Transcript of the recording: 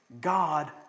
God